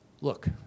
look